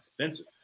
offensive